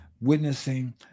witnessing